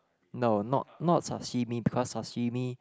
no not not sashimi because sashimi